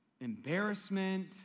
embarrassment